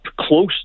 close